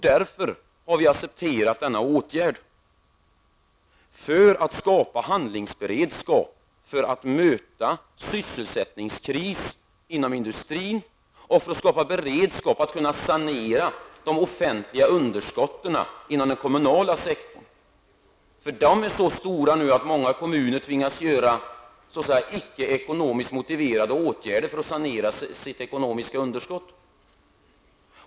Därför accepterar vi denna åtgärd som syftar till att skapa handlingsberedskap för att man skall kunna möta en sysselsättningskris inom industrin och för att man skall kunna sanera underskotten inom den kommunala sektorn. Dessa underskott är så stora att många kommuner tvingas vidta icke ekonomiskt motiverade åtgärder för att sanera sina ekonomiska underskott.